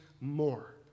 more